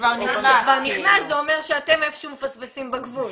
כשכבר נכנס, זה אומר שאתם איפשהו מפספסים בגבול.